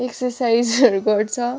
एक्सरसाइजहरू गर्छ